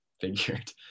figured